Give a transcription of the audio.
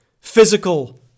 physical